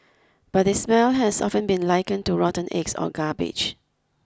but its smell has often been likened to rotten eggs or garbage